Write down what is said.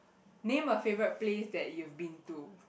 name a favourite place that you've been to